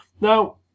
Now